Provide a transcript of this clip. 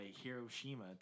Hiroshima